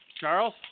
Charles